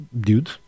dude